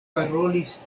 parolis